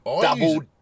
Double